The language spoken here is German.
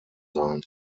sein